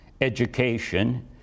education